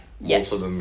Yes